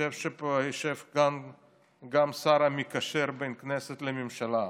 יושב פה גם השר המקשר בין הכנסת לממשלה,